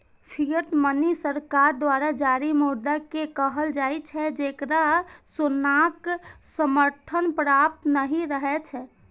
fiat money सरकार द्वारा जारी मुद्रा कें कहल जाइ छै, जेकरा सोनाक समर्थन प्राप्त नहि रहै छै